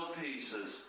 pieces